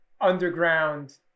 underground